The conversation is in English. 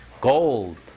Gold